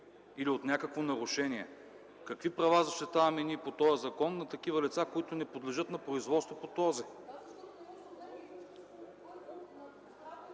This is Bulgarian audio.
или от някакво нарушение. Какви права защитаваме ние по този закон на такива лица, които не подлежат на производство по този